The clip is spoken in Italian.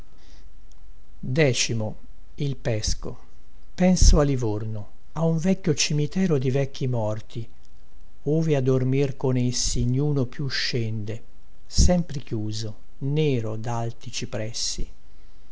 a adolfo cipriani penso a livorno a un vecchio cimitero di vecchi morti ove a dormir con essi niuno più scende sempre chiuso nero dalti cipressi